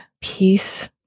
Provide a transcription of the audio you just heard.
peace